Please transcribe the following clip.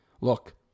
Look